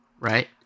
right